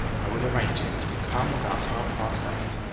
i will arrange it. come about half-past eight.